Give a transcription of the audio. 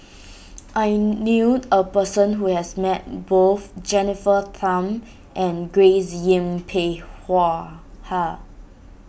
I knew a person who has met both Jennifer Tham and Grace Yin Peck Hua Ha